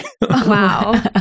wow